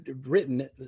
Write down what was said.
written